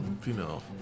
Female